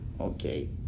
okay